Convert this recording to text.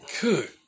Good